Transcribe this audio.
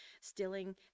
stealing